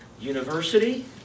University